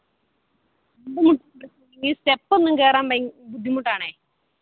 ഈ സ്റ്റെപ്പൊന്നും കയറാൻ ഭയങ്കര ബുദ്ധിമുട്ടാണെ